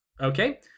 Okay